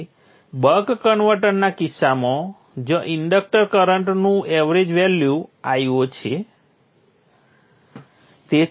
તેથી બક કન્વર્ટરના કિસ્સામાં જ્યાં ઇન્ડક્ટર કરન્ટનું એવરેજ વેલ્યુ Io છે